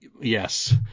yes